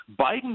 Biden